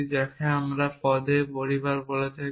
যাকে আমরা পদের পরিবার বলে থাকি